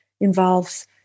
involves